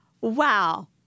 Wow